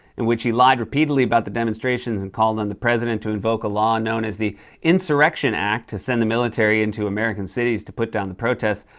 in which he lied repeatedly about the demonstrations and called on the president to invoke a law known as the insurrection act to send the military into american cities to put down the protests.